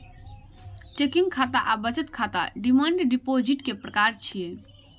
checking खाता आ बचत खाता डिमांड डिपोजिट के प्रकार छियै